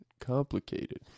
complicated